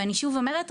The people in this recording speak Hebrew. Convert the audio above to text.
ואני שוב אומרת,